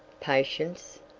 patience?